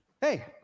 Hey